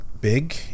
big